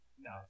No